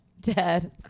Dead